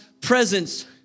presence